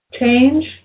Change